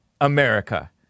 America